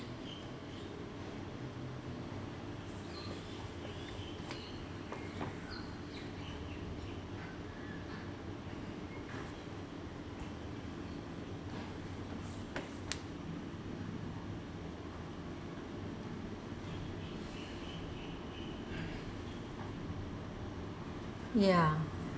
ya